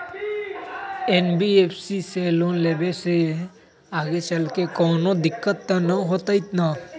NBFC से loan लेबे से आगेचलके कौनो दिक्कत त न होतई न?